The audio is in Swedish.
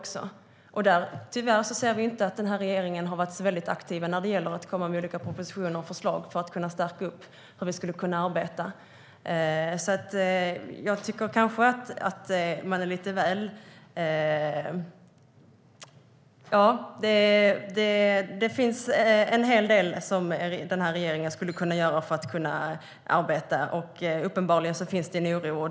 Tyvärr ser vi inte att regeringen har varit så väldigt aktiv när det gäller att komma med olika propositioner och förslag för att kunna stärka hur vi skulle kunna arbeta. Det finns en hel del som regeringen skulle kunna göra för att arbeta med detta. Uppenbarligen finns det en oro.